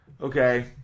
Okay